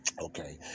okay